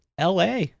LA